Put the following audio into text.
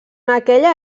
aquella